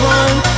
one